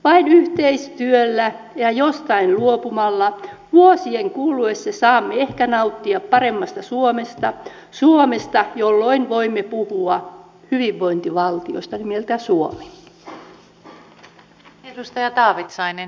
vain yhteistyöllä ja jostain luopumalla vuosien kuluessa saamme ehkä nauttia paremmasta suomesta jolloin voimme puhua hyvinvointivaltiosta nimeltä suomi